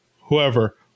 whoever